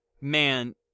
man